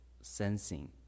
sensing